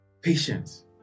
patience